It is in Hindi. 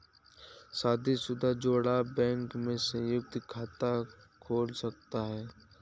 शादीशुदा जोड़ा बैंक में संयुक्त खाता खोल सकता है